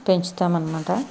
పెంచుతామనమాట